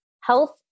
health